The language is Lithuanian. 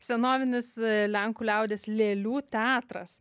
senovinis lenkų liaudies lėlių teatras